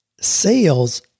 sales